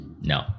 No